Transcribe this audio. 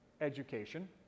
education